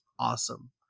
awesome